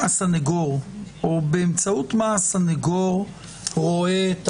באמצעות מה הסנגור רואה את